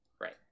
right